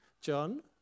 John